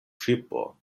ŝipo